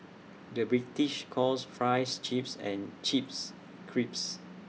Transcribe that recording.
the British calls Fries Chips and chips